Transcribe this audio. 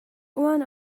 one